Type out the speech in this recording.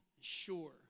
sure